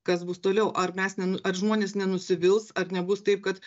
kas bus toliau ar mes ne ar žmonės nenusivils ar nebus taip kad